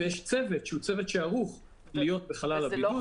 ויש צוות שערוך להיות בחלל הבידוד.